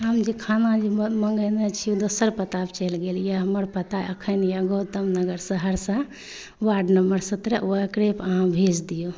हम जे खाना जे मँगेने छी दोसर पता चलि गेल अइ हमर पता एखन अइ गौतम नगर सहरसा वार्ड नम्बर सतरह ओकरेपर अहाँ भेज दिऔ